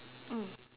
mm